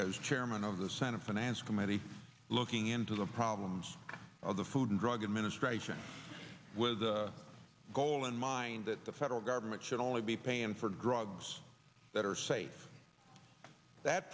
as chairman of the senate finance committee looking into the problems of the food and drug administration with the goal in mind that the federal government should only be paying for drugs that are safe that